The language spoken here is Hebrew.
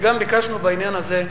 וגם ביקשנו, בעניין הזה,